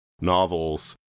novels